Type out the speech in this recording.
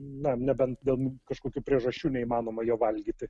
na nebent dėl kažkokių priežasčių neįmanoma jo valgyti